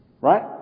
Right